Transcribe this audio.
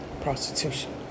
prostitution